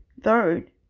Third